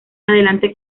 adelante